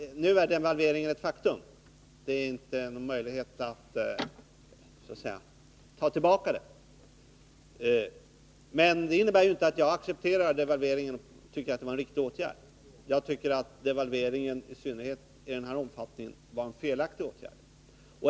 Nu är devalveringen ett faktum — det är inte möjligt att ta tillbaka den. Men det innebär inte att jag accepterar den och tycker att den var en riktig åtgärd. Jag tycker att den, i synnerhet i den här omfattningen, var en felaktig åtgärd.